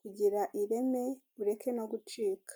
kugira ireme ureke no gucika.